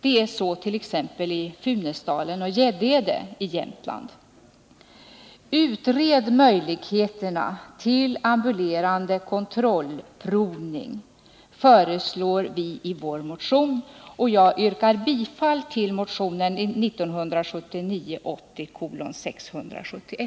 Det är t.ex. fallet i Funäsdalen och i Gäddede i Jämtlands län. Vi föreslår i vår motion 1979/80:671 att möjligheterna till ambulerande kontrollprovning skall utredas, och jag yrkar bifall till denna motion.